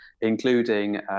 including